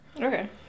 Okay